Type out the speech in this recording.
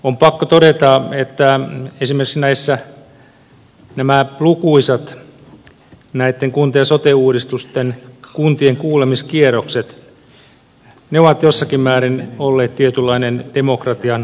on pakko todeta että esimerkiksi nämä lukuisat kunta ja sote uudistusten kuntienkuulemiskierrokset ovat jossakin määrin olleet tietynlainen demokratian irvikuva